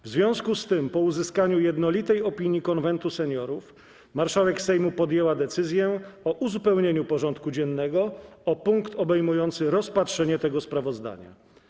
W związku z tym, po uzyskaniu jednolitej opinii Konwentu Seniorów, marszałek Sejmu podjęła decyzję o uzupełnieniu porządku dziennego o punkt obejmujący rozpatrzenie tego sprawozdania.